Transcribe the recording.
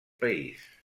país